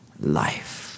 life